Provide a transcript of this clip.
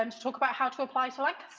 um to talk about how to apply so like